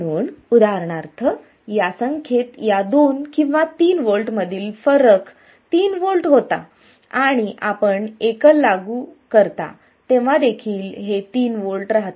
म्हणून उदाहरणार्थ या संख्येत या दोन किंवा तीन व्होल्टमधील फरक तीन व्होल्ट होता आणि आपण एकल लागू करता तेव्हा देखील हे तीन व्होल्ट राहते